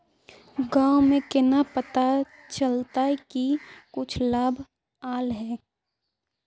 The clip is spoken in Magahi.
गाँव में केना पता चलता की कुछ लाभ आल है?